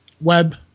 web